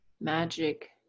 magic